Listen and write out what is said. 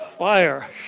Fire